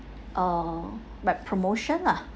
uh like promotion lah